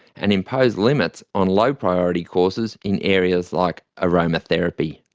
and impose limits on low-priority courses in areas like aromatherapy.